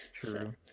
True